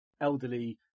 elderly